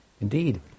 Indeed